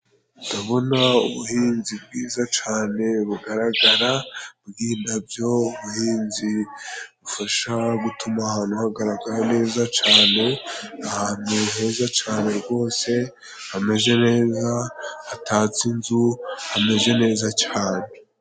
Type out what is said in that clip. Ndabona ubuhinzi bwiza cane bugaragara bw'indabyo ,ubuhinzi bufasha gutuma ahantu hagaragara neza cane ,ahantu heza cane rwose hameze neza, hatatse inzu hamezeze neza cyane.